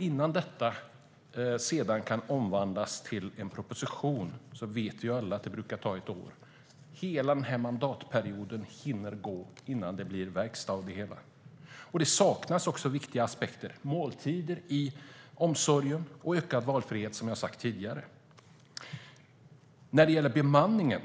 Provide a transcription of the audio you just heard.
Innan detta kan omvandlas till en proposition vet ju alla att det brukar ta ett år. Hela den här mandatperioden hinner alltså gå innan det blir verkstad av det hela. Det saknas också viktiga aspekter: måltider i omsorgen och ökad valfrihet, som jag nämnde tidigare. När det gäller bemanningen